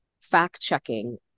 fact-checking